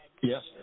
Yes